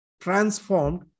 Transformed